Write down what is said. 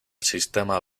sistema